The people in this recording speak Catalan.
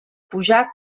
pujar